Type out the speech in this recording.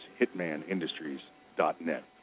hitmanindustries.net